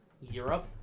Europe